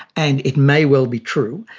and it may well be true,